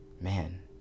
Man